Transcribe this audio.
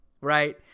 Right